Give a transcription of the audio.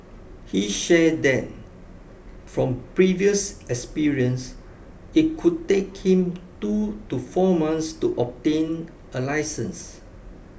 he shared that from previous experience it could take him two to four months to obtain a licence